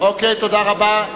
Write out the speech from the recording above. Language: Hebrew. אוקיי, תודה רבה.